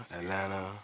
Atlanta